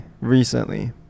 recently